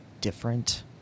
different